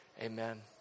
amen